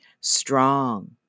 strong